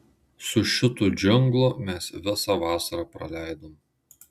su šitu džinglu mes visą vasarą praleidom